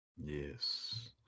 Yes